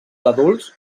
adults